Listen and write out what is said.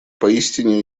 поистине